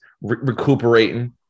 recuperating